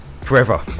forever